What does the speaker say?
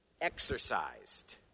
exercised